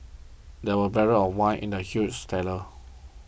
there were barrels of wine in the huge cellar